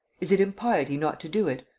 is it impiety not to do it?